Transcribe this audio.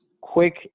quick